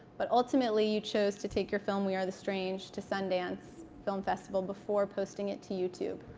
but ultimately you chose to take your film we are the strange to sundance film festival before posting it to youtube.